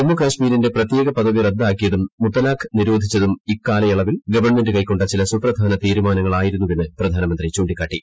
ജമ്മുകാശ്മീരിന്റെ പ്രത്യേക പദവി റദ്ദാക്കിയതും മുത്തലാഖ് നിരോധിച്ചതും ഇക്കാലയളവിൽ ഗവൺമെന്റ് കൈക്കൊണ്ട ചില സുപ്രധാന തീരുമാനങ്ങളായിരുന്നുവെന്ന് പ്രധാനമന്ത്രി ചൂണ്ടിക്കാട്ടി